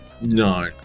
No